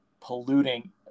polluting